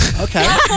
okay